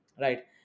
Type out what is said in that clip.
right